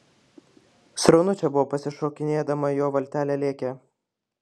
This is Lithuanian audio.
sraunu čia buvo pasišokinėdama jo valtelė lėkė